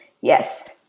yes